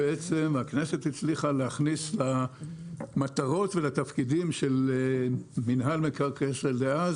שהכנסת הצליחה להכניס למטרות ולתפקידים של מינהל מקרקעי ישראל דאז,